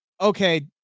okay